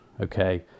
Okay